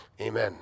Amen